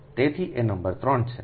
તેથી આ નંબર 3 છે